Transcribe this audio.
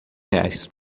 reais